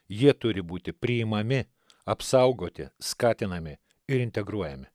jie turi būti priimami apsaugoti skatinami ir integruojami